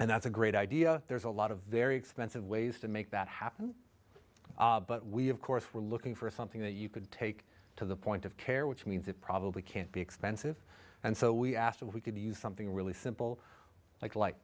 and that's a great idea there's a lot of very expensive ways to make that happen but we of course were looking for something that you could take to the point of care which means it probably can't be expensive and so we asked if we could use something really simple like like